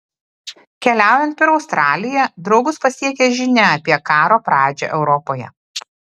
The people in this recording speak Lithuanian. keliaujant per australiją draugus pasiekia žinia apie karo pradžią europoje